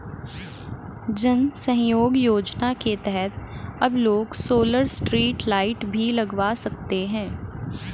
जन सहयोग योजना के तहत अब लोग सोलर स्ट्रीट लाइट भी लगवा सकते हैं